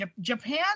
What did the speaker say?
Japan